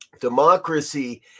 democracy